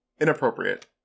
Inappropriate